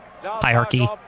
hierarchy